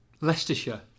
Leicestershire